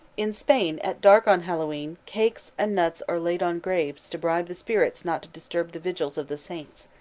in spain at dark on hallowe'en cakes and nuts are laid on graves to bribe the spirits not to disturb the vigils of the saints.